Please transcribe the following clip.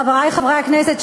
חברי חברי הכנסת,